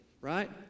right